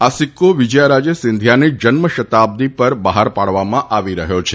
આ સિકકો વિજયારાજે સિંધિયાની જન્મશતાબ્દી પર બહાર પાડવામાં આવી રહ્યો છે